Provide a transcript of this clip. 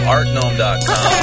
ArtGnome.com